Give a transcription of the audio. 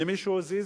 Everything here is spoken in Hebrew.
למישהו הזיז?